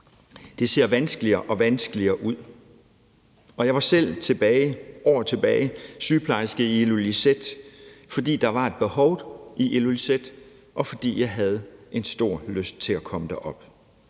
Det ser vanskeligere og vanskeligere ud. Jeg var selv for år tilbage sygeplejerske i Ilulissat, fordi der var et behov i Ilulissat, og fordi jeg havde en stor lyst til at komme derop.